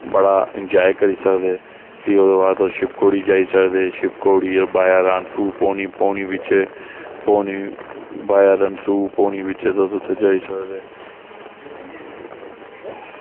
बड़ा एंजॉय करी सकदे भी ओह्दे बाद तुस शिवखोड़ी जाई सकदे शिवखोड़ी दे बाद रनसू पौनी दे पिच्छें पौनी बाया रनसू पौनी बिचें तुस उत्थें जाई सकदे